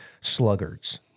sluggards